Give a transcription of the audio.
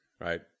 right